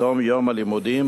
בתום יום הלימודים,